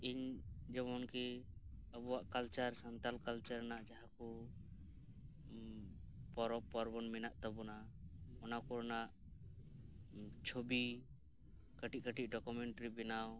ᱤᱧ ᱡᱮᱢᱚᱱ ᱠᱤ ᱟᱵᱚᱣᱟᱜ ᱠᱟᱞᱪᱟᱨ ᱥᱟᱱᱛᱟᱲ ᱠᱟᱞᱪᱟᱨ ᱨᱮᱭᱟᱜ ᱡᱟᱦᱟᱸ ᱠᱚ ᱯᱚᱨᱚᱵᱽ ᱯᱚᱨᱵᱚᱱ ᱢᱮᱱᱟᱜ ᱛᱟᱵᱚᱱᱟ ᱚᱱᱟ ᱠᱚᱨᱮᱱᱟᱜ ᱪᱷᱚᱵᱤ ᱠᱟᱹᱴᱤᱡ ᱠᱟᱴᱤᱡ ᱰᱚᱠᱚᱢᱮᱱᱴᱟᱨᱤ ᱵᱮᱱᱟᱣ